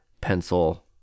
pencil